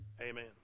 Amen